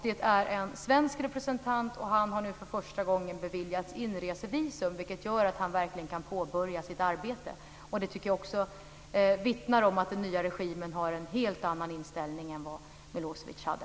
Det är en svensk representant, och han har nu för första gången beviljats inresevisum, vilket gör att han nu kan påbörja sitt arbete. Det vittnar om att den nya regimen har en helt annan inställning än vad Milosevic hade.